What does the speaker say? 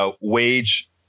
wage